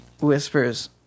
Whispers